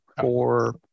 for-